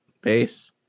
base